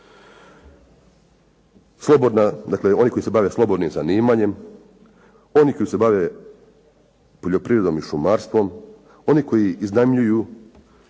obrtnici, dakle oni koji se bave slobodnim zanimanjem, oni koji se bave poljoprivredom i šumarstvom, oni koji iznajmljuju,